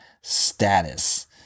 status